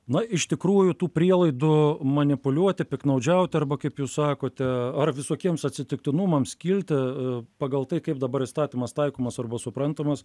na iš tikrųjų tų prielaidų manipuliuoti piktnaudžiauti arba kaip jūs sakote ar visokiems atsitiktinumams skirti pagal tai kaip dabar įstatymas taikomas arba suprantamas